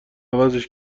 عوضش